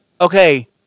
Okay